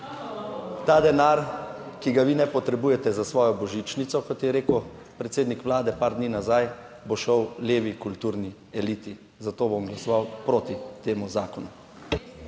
Ta denar, ki ga vi ne potrebujete za svojo božičnico, kot je rekel predsednik Vlade par dni nazaj, bo šel levi kulturni eliti, zato bom glasoval proti temu zakonu.